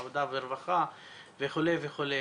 עבודה ורווחה וכו' וכו',